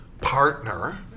partner